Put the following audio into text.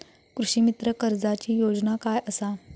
कृषीमित्र कर्जाची योजना काय असा?